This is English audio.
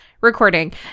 recording